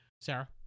Sarah